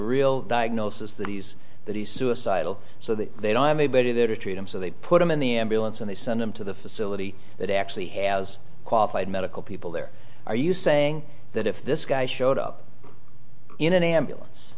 real diagnosis that he's that he's suicidal so that they don't have anybody there to treat him so they put him in the ambulance and they send him to the facility that actually has qualified medical people there are you saying that if this guy showed up in an ambulance